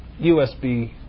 USB